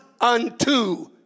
unto